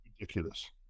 ridiculous